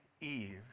Eve